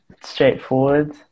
straightforward